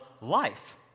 life